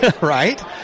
right